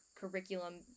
curriculum